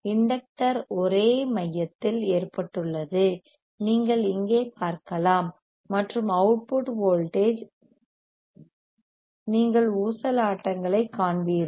inductor ஒரே மையத்தில் ஏற்றப்பட்டுள்ளது நீங்கள் இங்கே பார்க்கலாம் மற்றும் அவுட்புட் வோல்டேஜ் நீங்கள் ஊசலாட்டங்களைக் காண்பீர்கள்